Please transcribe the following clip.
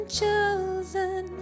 chosen